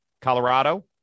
Colorado